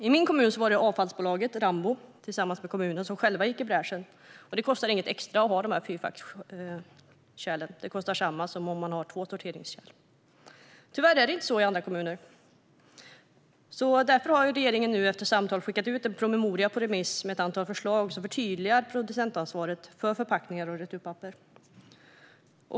I min hemkommun var det avfallsbolaget Rambo tillsammans med kommunen som själva gick i bräschen. Det kostar inget extra att ha fyrfackskärlen. Det kostar samma som om man har två sorteringskärl. Tyvärr är det inte så i andra kommuner. Därför har regeringen nu efter samtal skickat ut en promemoria på remiss med ett antal förslag som förtydligar producentansvaret för förpackningar och returpapper.